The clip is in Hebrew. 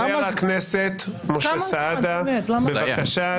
חבר הכנסת משה סעדה, בבקשה.